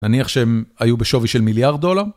נניח שהם היו בשווי של מיליארד דולר?